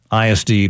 ISD